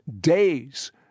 days